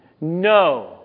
No